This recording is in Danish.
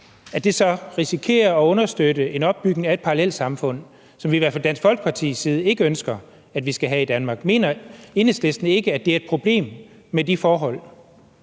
baggrund, risikerer man at understøtte opbygningen af parallelsamfund, som vi i hvert fald fra Dansk Folkepartis side ikke ønsker vi skal have i Danmark. Mener Enhedslisten ikke, at de forhold er et problem?